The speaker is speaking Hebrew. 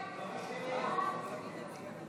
הסתייגות 701 לא נתקבלה.